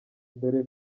dore